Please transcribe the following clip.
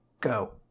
go